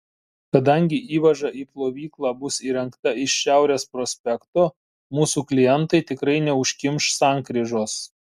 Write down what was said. kadangi įvaža į plovyklą bus įrengta iš šiaurės prospekto mūsų klientai tikrai neužkimš sankryžos